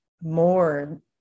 more